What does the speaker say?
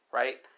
right